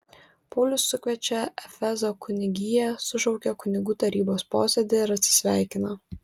paulius sukviečia efezo kunigiją sušaukia kunigų tarybos posėdį ir atsisveikina